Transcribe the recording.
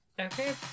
okay